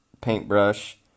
paintbrush